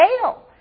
fail